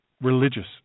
religious